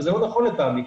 וזה לא נכון לטעמי,